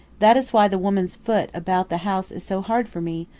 that is why the woman's foot about the house is so hard for me,